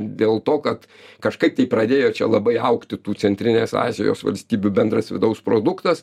dėl to kad kažkaip pradėjo čia labai augti tų centrinės azijos valstybių bendras vidaus produktas